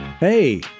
Hey